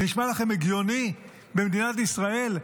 זה נשמע לכם הגיוני במדינת ישראל?